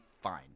fine